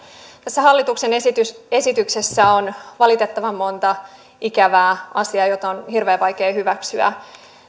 tässä hallituksen esityksessä on valitettavan monta ikävää asiaa joita on hirveän vaikea hyväksyä